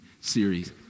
series